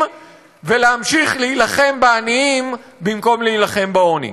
ולהמשיך להילחם בעניים במקום להילחם בעוני.